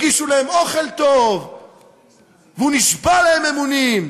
הגישו להם אוכל טוב והוא נשבע להם אמונים.